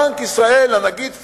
בנק ישראל, הנגיד פישר,